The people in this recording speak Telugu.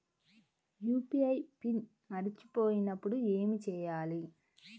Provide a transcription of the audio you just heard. యూ.పీ.ఐ పిన్ మరచిపోయినప్పుడు ఏమి చేయాలి?